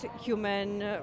human